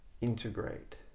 integrate